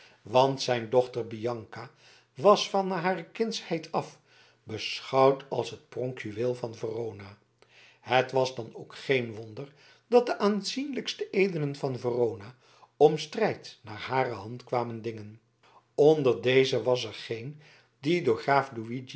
want zijn dochter bianca was van hare kindsheid af beschouwd als het pronkjuweel van verona het was dan ook geen wonder dat de aanzienlijkste edelen van verona om strijd naar hare hand kwamen dingen onder deze was er geen die door den graaf